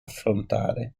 affrontare